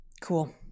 cool